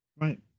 Right